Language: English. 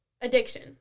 addiction